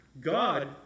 God